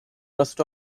rest